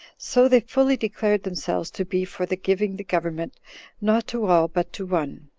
so they fully declared themselves to be for the giving the government not to all, but to one